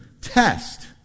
Test